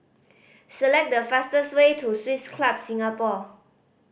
select the fastest way to Swiss Club Singapore